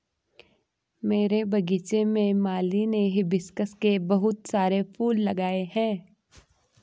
मेरे बगीचे में माली ने हिबिस्कुस के बहुत सारे फूल लगाए हैं